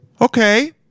Okay